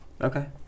Okay